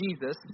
Jesus